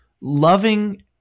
loving